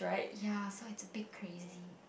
ya so it's a bit crazy